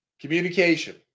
communication